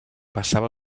passava